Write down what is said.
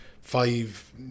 five